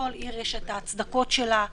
לכל עיר יש את ההצדקות שלה,